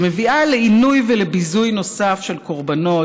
שמביאה לעינוי ולביזוי נוסף של קורבנות